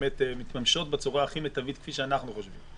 מתממשות בצורה המיטבית כפי שאנחנו חושבים.